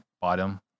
Bottom